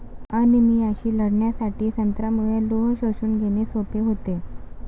अनिमियाशी लढण्यासाठी संत्र्यामुळे लोह शोषून घेणे सोपे होते